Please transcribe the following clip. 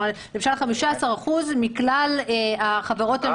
למשל, 15% מכלל החברות הממשלתיות.